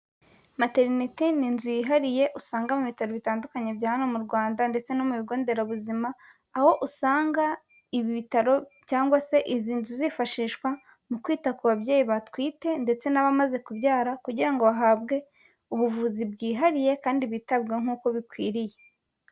Materinite ni inzu yihariye usanga mu bitaro bitandukanye bya hano mu Rwanda ndetse no mu bigo Nderabuzima, aho usanga ibi bitaro cyangwa se izi nzu zifashishwa mu kwita ku babyeyi batwite ndetse n'abamaze kubyara, kugira ngo bahabwe ubuvuzi bwihariye kandi bitabweho nkuko bikwiriye.